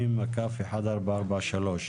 מ/1443,